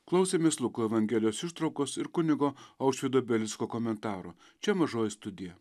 klausėmės luko evangelijos ištraukos ir kunigo aušvydo belicko komentarų čia mažoji studija